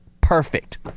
Perfect